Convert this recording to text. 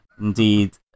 Indeed